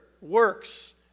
works